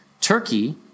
Turkey